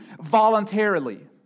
voluntarily